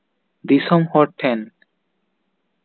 ᱫᱤᱥᱚᱢ ᱦᱚᱲ ᱴᱷᱮᱱ